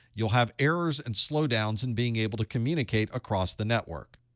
you'll have errors and slowdowns in being able to communicate across the network.